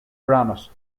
granite